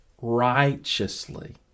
righteously